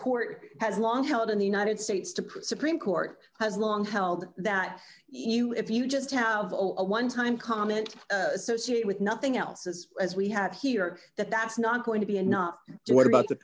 court has long held in the united states to quote supreme court has long held that you if you just have a one time comment associated with nothing else is as we have here that that's not going to be a not so what about the